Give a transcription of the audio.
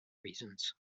reasons